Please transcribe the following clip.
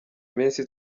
iminsi